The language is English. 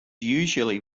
usually